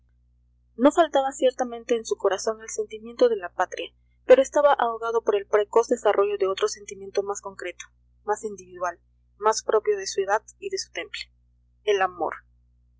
no faltaba ciertamente en su corazón el sentimiento de la patria pero estaba ahogado por el precoz desarrollo de otro sentimiento más concreto más individual más propio de su edad y de su temple el amor